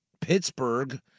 Pittsburgh